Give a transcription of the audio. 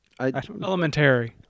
Elementary